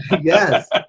Yes